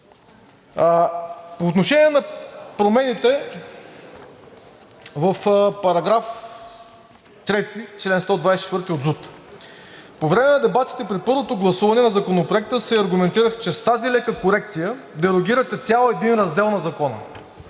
По отношение на промените в § 3, чл. 124 от ЗУТ. По време на дебатите при първото гласуване на Законопроекта се аргументирах, че с тази лека корекция дерогирате цял един раздел на Закона.